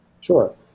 Sure